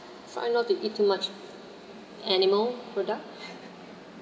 find not to eat too much animal product